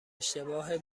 اشتباه